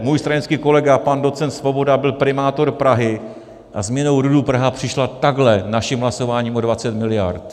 Můj stranický kolega pan docent Svoboda byl primátor Prahy a změnou RUD Praha přišla takhle naším hlasováním o 20 miliard.